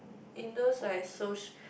in those like soc~